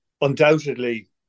undoubtedly